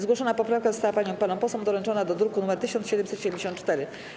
Zgłoszona poprawka została paniom i panom posłom doręczona do druku nr 1774.